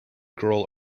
girl